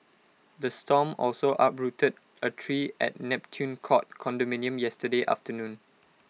the storm also uprooted A tree at Neptune court condominium yesterday afternoon